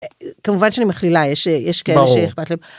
כמובן שאני מכלילה, יש כאלה שאיכפת להם.